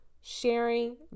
sharing